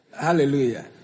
Hallelujah